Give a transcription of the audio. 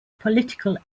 political